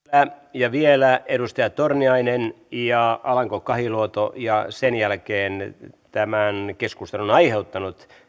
ja vielä edustaja torniainen ja alanko kahiluoto ja sen jälkeen tämän keskustelun aiheuttanut